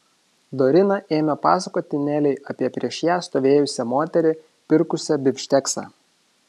dorina ėmė pasakoti nelei apie prieš ją stovėjusią moterį pirkusią bifšteksą